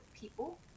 people